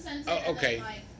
okay